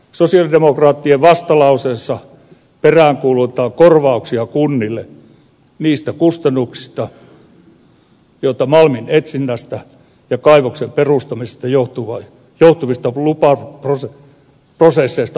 sosialidemokraattien vastalauseessa peräänkuulutetaan korvauksia kunnille niistä kustannuksista joita malminetsinnästä ja kaivoksen perustamisesta johtuvista lupaprosesseista aiheutuu